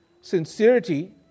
sincerity